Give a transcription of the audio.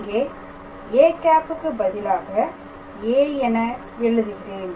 இங்கே â க்கு பதிலாக a என எழுதுகிறேன்